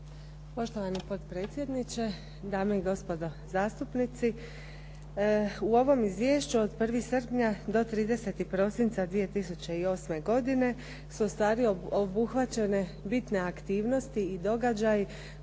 Poštovani potpredsjedniče, dame i gospodo zastupnici. U ovom Izvješću od 1. srpnja do 30. prosinca 2008. godine su ustvari obuhvaćene bitne aktivnosti i događaji